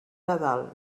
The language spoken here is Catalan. nadal